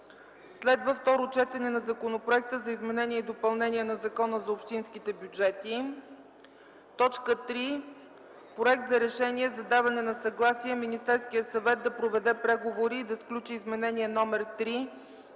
2. Второ четене на Законопроекта за изменение и допълнение на Закона за общинските бюджети. 3. Проект за решение за даване на съгласие Министерският съвет да проведе преговори и да сключи Изменение № 3